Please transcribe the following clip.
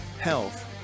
health